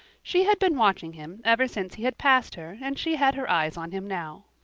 she had been watching him ever since he had passed her and she had her eyes on him now.